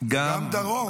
גם דרום.